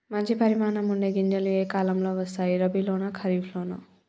మంచి పరిమాణం ఉండే గింజలు ఏ కాలం లో వస్తాయి? రబీ లోనా? ఖరీఫ్ లోనా?